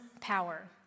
power